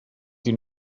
sie